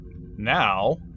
Now